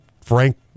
Frank